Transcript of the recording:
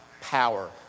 power